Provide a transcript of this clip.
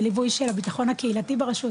בליווי של הביטחון הקהילתי ברשות,